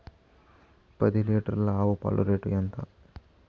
పది లీటర్ల ఆవు పాల రేటు ఎంత?